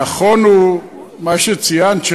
נכון הוא מה שציינת,